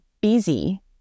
busy